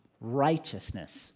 righteousness